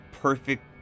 perfect